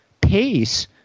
pace